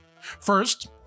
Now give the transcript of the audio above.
First